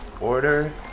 Order